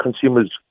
consumers